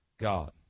God